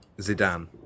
Zidane